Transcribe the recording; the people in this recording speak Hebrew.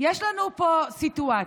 יש לנו פה סיטואציה.